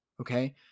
okay